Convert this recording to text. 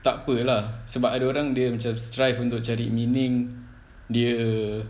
takpe lah sebab ada orang dia macam strive untuk cari meaning dia